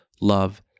love